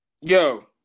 Yo